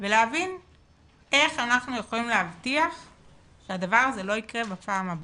ולהבין איך אנחנו יכולים להבטיח שהדבר הזה לא יקרה בפעם הבאה.